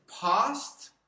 past